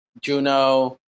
Juno